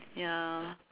ya